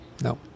No